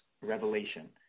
revelation